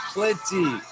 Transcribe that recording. Plenty